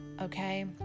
okay